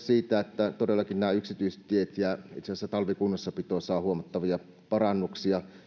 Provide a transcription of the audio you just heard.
siitä että todellakin nämä yksityistiet ja itse asiassa talvikunnossapito saavat huomattavia parannuksia